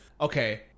okay